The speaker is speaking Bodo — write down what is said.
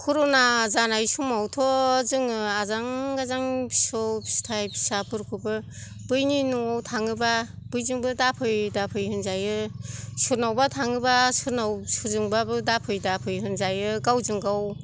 कर'ना जानाय समावथ' जोङो आजां गाजां फिसौ फिथाइ फिसाफोरखौबो बैनि न'आव थाङोबा बैजोंबो दाफै दाफै होनजायो सोरनावबा थाङोबा सोरनाव सोरजोंबाबो दाफै दाफै होनजायो गावजों गाव